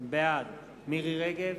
בעד מירי רגב,